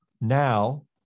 now